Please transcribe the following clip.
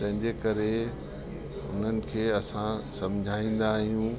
तंहिंजे करे उन्हनि खे असां सम्झाईंदा आहियूं